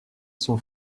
son